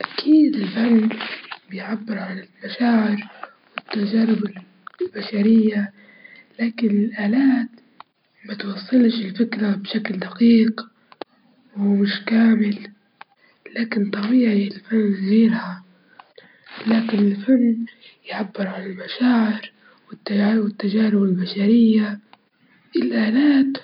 أكيد الاحترام أكتر أهمية، لإن هو أساس أي علاقة ناجحة، والحب مهم بس بدون احترام مش حيكون في اكتمال بشكل صحي، الاحترام هو اللي يحدد استمرارية العلاقات بين الناس